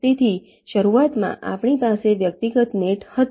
તેથી શરૂઆતમાં આપણી પાસે વ્યક્તિગત નેટ હતી